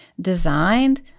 designed